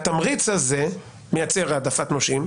התמריץ הזה מייצר העדפת נושים,